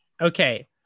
okay